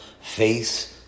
face